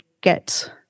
get